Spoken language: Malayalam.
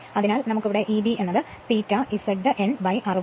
അതിനാൽ ഞങ്ങൾക്ക് Eb ∅ Z n 60 P A അറിയാം